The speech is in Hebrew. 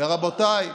ורבותיי,